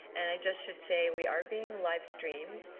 and i just should say we are being live streamed,